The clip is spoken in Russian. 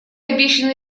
обещаны